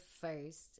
first